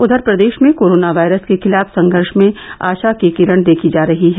उधर प्रदेश में कोरोना वायरस के खिलाफ संघर्ष में आशा की किरण देखी जा रही है